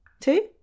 Two